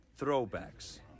Throwbacks